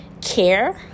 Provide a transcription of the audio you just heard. care